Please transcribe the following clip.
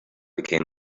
became